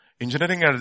engineering